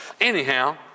Anyhow